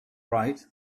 right